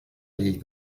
llei